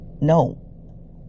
No